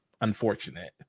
unfortunate